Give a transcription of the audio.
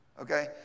okay